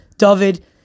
David